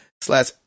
slash